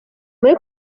muri